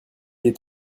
est